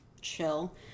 chill